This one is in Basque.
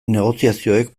negoziazioek